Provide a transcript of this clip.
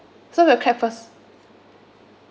so we'll clap first